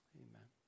amen